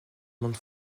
monde